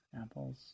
apples